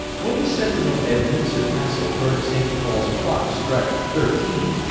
when the sentinel at windsor castle heard st. paul's clock strike thirteen,